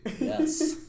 yes